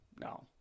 no